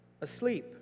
asleep